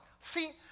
See